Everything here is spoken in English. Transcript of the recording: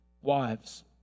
Wives